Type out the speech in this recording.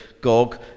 Gog